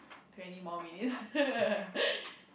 twenty more minutes